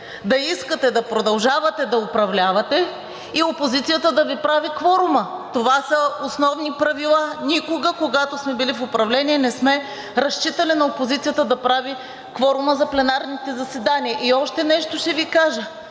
да искате да продължавате да управлявате и опозицията да Ви прави кворума. Това са основни правила. Никога, когато сме били в управление, не сме разчитали на опозицията да прави кворума за пленарните заседания. И още нещо ще Ви кажа